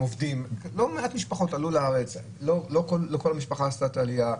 לא מעט משפחות עלו לארץ אבל לא כל המשפחה עשתה את העלייה,